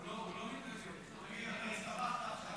אתה הסתבכת עכשיו.